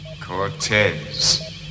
Cortez